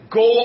go